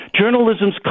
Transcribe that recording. Journalism's